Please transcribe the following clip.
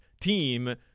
team